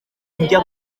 njya